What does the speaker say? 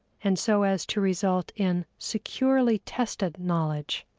and so as to result in securely tested knowledge.